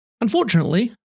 Unfortunately